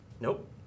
Nope